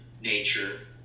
nature